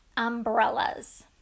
umbrellas